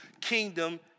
kingdom